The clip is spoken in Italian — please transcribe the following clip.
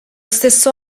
stesso